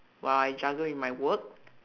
while I juggle in my work